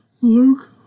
Luke